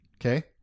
okay